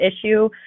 issue